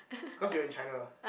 cause we're in China